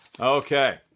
Okay